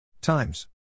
Times